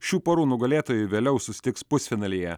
šių porų nugalėtojai vėliau susitiks pusfinalyje